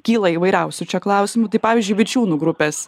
kyla įvairiausių čia klausimų tai pavyzdžiui vičiūnų grupės